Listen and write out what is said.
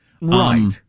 Right